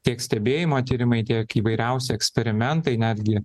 tiek stebėjimo tyrimai tiek įvairiausi eksperimentai netgi